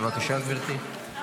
בבקשה, גברתי.